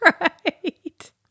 Right